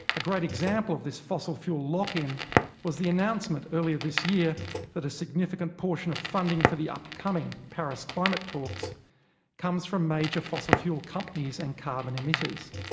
a great example of this fossil fuel lock-in was the announcement earlier this year that a significant portion of funding for the upcoming paris climate talks comes from major fossil fuel companies and carbon emitters.